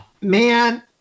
Man